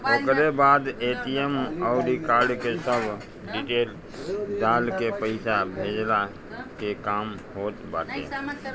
ओकरी बाद ए.टी.एम अउरी कार्ड के सब डिटेल्स डालके पईसा भेजला के काम होत बाटे